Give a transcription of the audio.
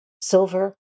silver